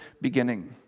beginning